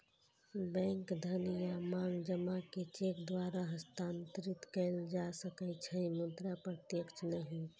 bank धन या मांग जमा कें चेक द्वारा हस्तांतरित कैल जा सकै छै, मुदा प्रत्यक्ष नहि